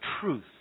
truth